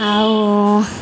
ଆଉ